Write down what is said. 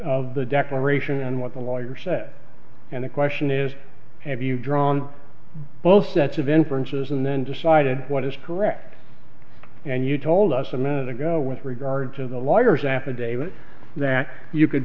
of the declaration and what the lawyer said and the question is have you drawn both sets of inferences and then decided what is correct and you told us a minute ago with regard to the lawyer's affidavit that you could